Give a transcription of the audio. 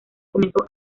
comenzó